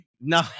No